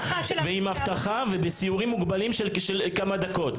עם אבטחה וסיורים מוגבלים של כמה דקות.